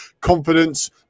confidence